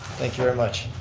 thank you very much.